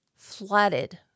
flooded